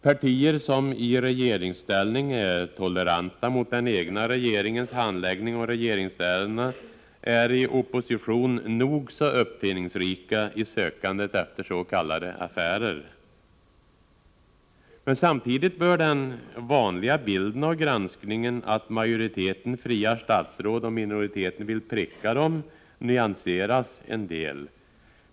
Partier som i regeringsställning är toleranta mot den egna regeringens handläggning av regeringsärendena är i opposition nog så uppfinningsrika i sökandet efter s.k. affärer. Samtidigt bör den vanliga bilden av granskningen, att majoriteten friar statsråd och minoriteten vill pricka dem, nyanseras en del.